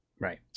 Right